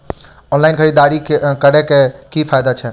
Online खरीददारी करै केँ की फायदा छै?